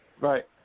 Right